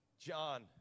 John